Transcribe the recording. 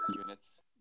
units